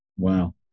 Wow